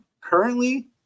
currently